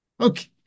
Okay